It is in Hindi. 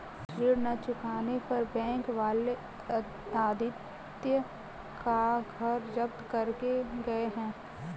ऋण ना चुकाने पर बैंक वाले आदित्य का घर जब्त करके गए हैं